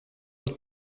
het